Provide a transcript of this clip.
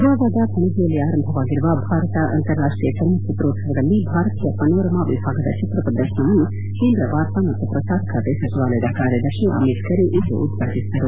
ಗೋವಾದ ಪಣಜಿಯಲ್ಲಿ ಆರಂಭವಾಗಿರುವ ಭಾರತ ಅಂತಾರಾಷ್ಷೀಯ ಚಲನಚಿತ್ರೋತ್ಲವದಲ್ಲಿ ಭಾರತೀಯ ಪನೋರಮಾ ವಿಭಾಗದ ಚಿತ್ರ ಪ್ರದರ್ಶನವನ್ನು ಕೇಂದ್ರ ವಾರ್ತಾ ಮತ್ತು ಪ್ರಸಾರ ಖಾತೆ ಸಚಿವಾಲಯದ ಕಾರ್ಯದರ್ಶಿ ಅಮಿತ್ ಖರೆ ಇಂದು ಉದ್ವಾಟಿಸಿದರು